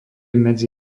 medzi